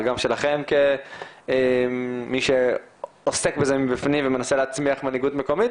גם שלכם כמי שעוסק בזה מבפנים ומנסה להצמיח מנהיגות מקומית,